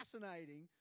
fascinating